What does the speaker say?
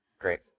Great